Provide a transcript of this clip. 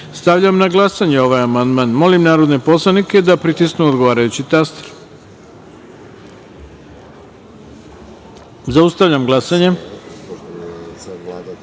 na glasanje ovaj amandman. Molim narodne poslanike da pritisnu odgovarajući taster. Zaustavljam glasanje: